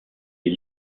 est